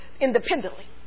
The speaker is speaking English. independently